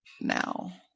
now